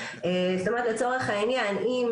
זאת אומרת, לצורך העניין, אם